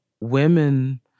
women